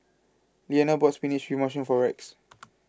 Lliana bought spinach with mushroom for Rex